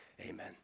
Amen